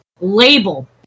label